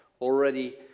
Already